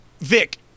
Vic